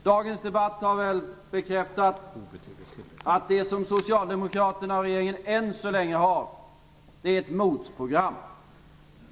Dagens debatt har väl bekräftat att det som Socialdemokraterna och regeringen än så länge har är ett motprogram.